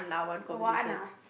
one ah